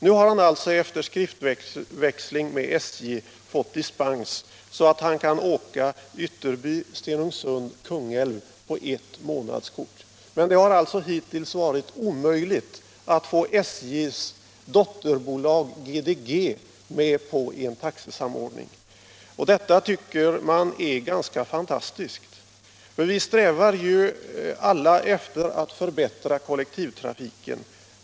Nu har han alltså efter skriftväxling med SJ fått dispens så att han kan åka sträckan Ytterby-Stenungsund-Kungälv på ett månadskort. Men det har hittills varit omöjligt att få SJ:s dotterbolag GDG med på en taxesamordning. Detta tycker man är ganska fantastiskt — vi strävar ju alla efter att förbättra kollektivtrafiken.